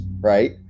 right